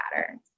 patterns